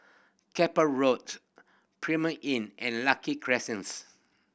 Keppel Roads Premier Inn and Lucky Crescents